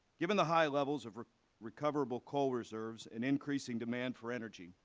given the high levels of recoverable coal reserves and increasing demand for energy,